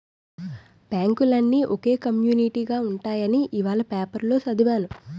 బాంకులన్నీ ఒకే కమ్యునీటిగా ఉంటాయని ఇవాల పేపరులో చదివాను